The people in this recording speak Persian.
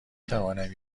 توانم